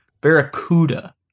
barracuda